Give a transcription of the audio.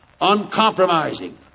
uncompromising